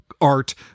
Art